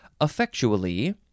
effectually